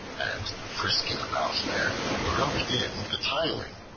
and frisking about there, broke in the tiling.